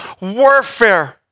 warfare